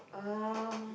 um